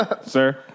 sir